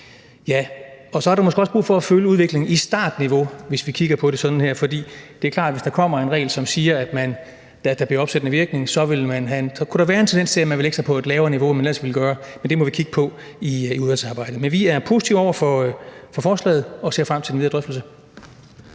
Og så er der måske også brug for at følge udviklingen i startniveau, hvis vi kigger på det sådan her. For det er klart, at hvis der kommer en regel, som siger, at der kan blive opsættende virkning, så kunne der være en tendens til, at man ville lægge sig på et lavere niveau, end man ellers ville gøre. Men det må vi kigge på i udvalgsarbejdet. Vi er positive over for forslaget og ser frem til den videre drøftelse.